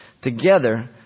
Together